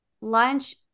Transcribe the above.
lunch